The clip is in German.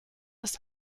ist